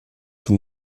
tout